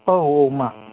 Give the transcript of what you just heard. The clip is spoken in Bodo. औ औ मा